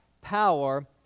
power